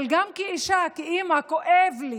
אבל גם כאישה, כאימא, כואב לי